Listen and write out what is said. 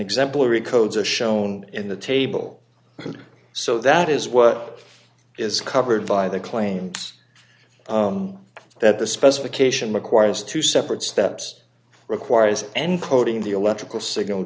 exemplary codes are shown in the table and so that is what is covered by the claims that the specification requires two separate steps required encoding the electrical signal